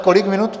Kolik minut?